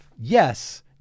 yes